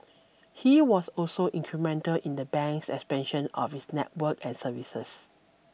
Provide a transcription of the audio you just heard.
he was also incremental in the bank's expansion of its network and services